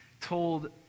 told